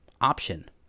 option